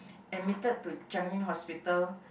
admitted to changi Hospital